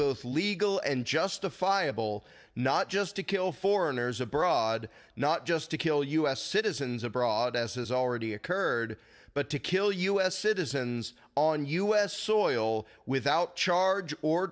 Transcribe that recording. both legal and justifiable not just to kill foreigners abroad not just to kill u s citizens abroad as has already occurred but to kill u s citizens on u s soil without charge or